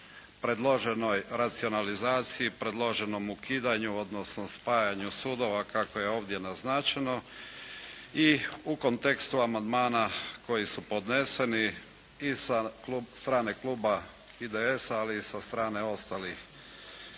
predloženoj racionalizaciji, predloženom ukidanju, odnosno spajanju sudova kako je ovdje naznačeno i u kontekstu amandmana koji su podneseni i sa strane kluba IDS-a, ali i sa strane ostalih